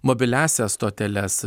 mobiliąsias stoteles